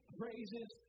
praises